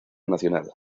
nacional